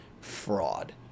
fraud